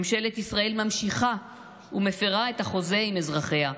ממשלת ישראל ממשיכה ומפירה את החוזה עם אזרחיה.